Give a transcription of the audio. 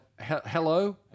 Hello